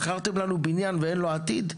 מכרתם לנו בניין ואין לו עתיד?